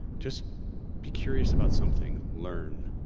just be curious about something, learn.